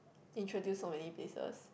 introduce so many places